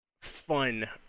fun